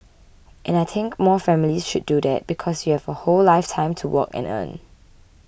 and I think more families should do that because you have a whole lifetime to work and earn